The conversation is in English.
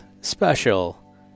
special